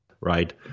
right